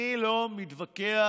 אני לא מתווכח